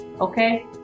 okay